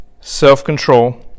self-control